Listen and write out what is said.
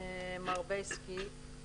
מר בייסקי,